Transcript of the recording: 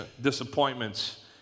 disappointments